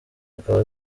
akaba